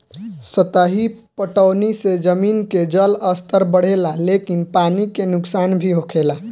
सतही पटौनी से जमीन के जलस्तर बढ़ेला लेकिन पानी के नुकसान भी होखेला